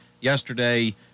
yesterday